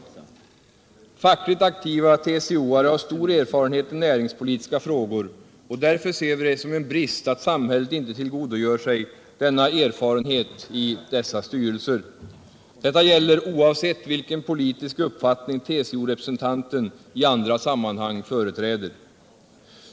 Fackligt aktiva TCO-are har stor erfarenhet i näringspolitiska frågor, och därför ser vi det som en brist att samhället inte tillgodogör sig den erfarenheten i dessa styrelser. Detta gäller oavsett vilken politisk uppfattning TCO-representanten i andra sammanhang företräder.